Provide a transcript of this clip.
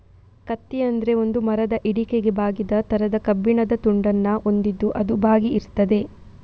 ಕತ್ತಿ ಅಂದ್ರೆ ಒಂದು ಮರದ ಹಿಡಿಕೆಗೆ ಬಾಗಿದ ತರದ ಕಬ್ಬಿಣದ ತುಂಡನ್ನ ಹೊಂದಿದ್ದು ಅದು ಬಾಗಿ ಇರ್ತದೆ